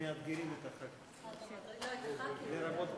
אני מבקש משרת התרבות והספורט,